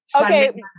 okay